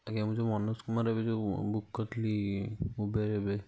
ଆଜ୍ଞା ମୁଁ ଯେଉଁ ମନୋଜ କୁମାର ଏବେ ଯେଉଁ ବୁକ୍ କରିଥିଲି ଉବେର୍ ଏବେ